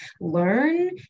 learn